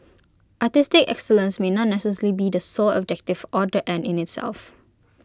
artistic excellence may not necessarily be the sole objective or the end in itself